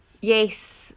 yes